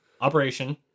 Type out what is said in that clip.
operation